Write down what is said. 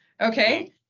Okay